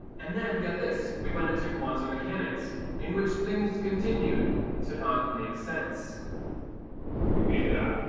and then get this we went into quantum mechanics in which things continued to not make sense but we made it out